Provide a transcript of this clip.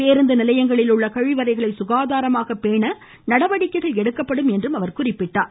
பேருந்து நிலையங்களில் உள்ள கழிவறைகளை சுகாதாரமாக பேண நடவடிக்கை எடுக்கப்படும் என்றார்